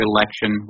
Election